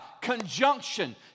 conjunction